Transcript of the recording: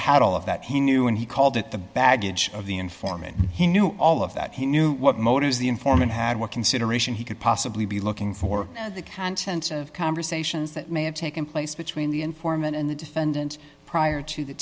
had all of that he knew and he called it the baggage of the informant he knew all of that he knew what motives the informant had what consideration he could possibly be looking for the contents of conversations that may have taken place between the informant and the defendant prior to the